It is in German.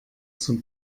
zum